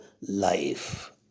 life